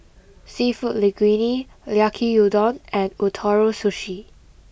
Seafood Linguine Yaki Udon and Ootoro Sushi